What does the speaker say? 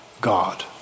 God